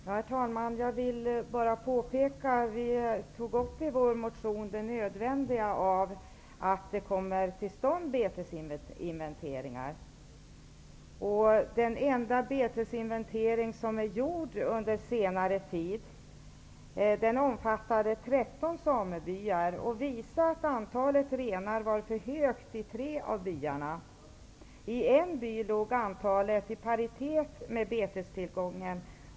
Herr talman! Jag vill bara påpeka att vi i vår motion tog upp nödvändigheten av att betesinventeringar kommer till stånd. Den enda betesinventering som är gjord under senare tid omfattade 13 samebyar och visade att antalet renar var för högt i 3 av byarna. I en by låg antalet i paritet med betestillgången.